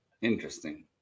Interesting